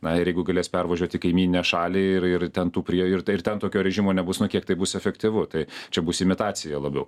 na ir jeigu galės pervažiuoti kaimyninę šalį ir ir ten tų prie ir tai ir ten tokio režimo nebus nu kiek tai bus efektyvu tai čia bus imitacija labiau